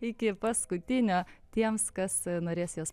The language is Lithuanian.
iki paskutinio tiems kas norės juos